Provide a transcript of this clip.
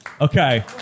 Okay